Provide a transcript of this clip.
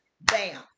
bam